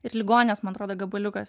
ir ligoninės man atrodo gabaliukas